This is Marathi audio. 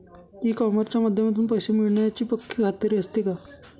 ई कॉमर्सच्या माध्यमातून पैसे मिळण्याची पक्की खात्री असते का?